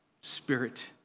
spirit